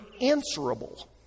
answerable